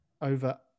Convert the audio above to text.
over